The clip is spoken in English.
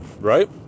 right